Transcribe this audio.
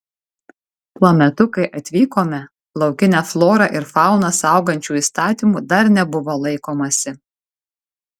tuo metu kai atvykome laukinę florą ir fauną saugančių įstatymų dar nebuvo laikomasi